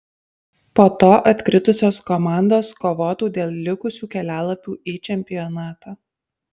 po to atkritusios komandos kovotų dėl likusių kelialapių į čempionatą